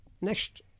Next